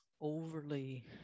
overly